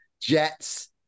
Jets